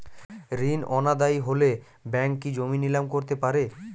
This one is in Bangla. ঋণ অনাদায়ি হলে ব্যাঙ্ক কি জমি নিলাম করতে পারে?